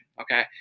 Okay